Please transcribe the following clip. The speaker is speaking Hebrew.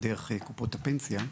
דרך קופות הפנסיה.